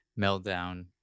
meltdown